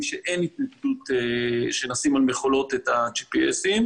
שאין התנגדות שנשים על מכולות את ה-GPS.